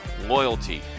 Loyalty